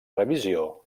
revisió